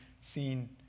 seen